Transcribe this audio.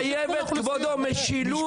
חייבת משילות,